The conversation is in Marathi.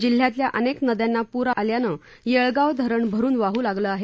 जिल्हयातल्या अनेक नद्यांना पूर आला आल्यानं येळगाव धरण भरुन वाह् लागलं आहे